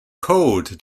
code